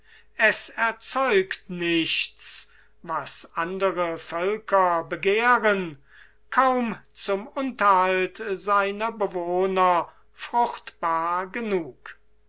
es erzeugt nichts was andere völker begehren kaum zum unterhalt seiner bewohner fruchtbar genug